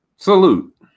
Salute